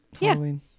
Halloween